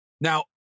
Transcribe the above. Now